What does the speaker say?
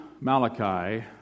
Malachi